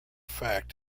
fact